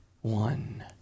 one